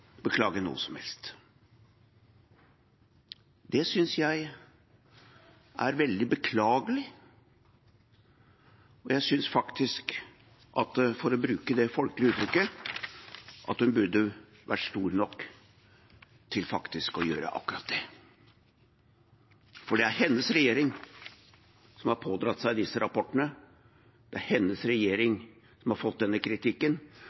beklage noe som helst. Det synes jeg er veldig beklagelig, og jeg synes faktisk – for å bruke det folkelige uttrykket – at hun burde vært stor nok til å gjøre akkurat det. For det er hennes regjering som har pådratt seg disse rapportene, det er hennes regjering som har fått denne kritikken.